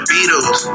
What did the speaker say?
Beatles